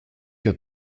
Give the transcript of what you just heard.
que